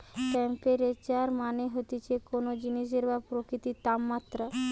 temperature মানে হতিছে কোন জিনিসের বা প্রকৃতির তাপমাত্রা